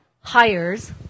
hires